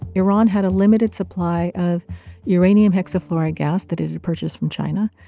iran had a limited supply of uranium hexafluoride gas that it had purchased from china,